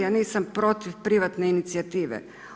Ja nisam protiv privatne inicijative.